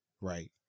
right